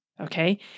Okay